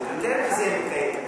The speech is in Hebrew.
זה התקיים כאן.